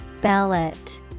Ballot